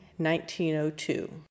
1902